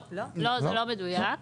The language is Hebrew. לא, זה לא מדויק.